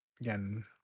again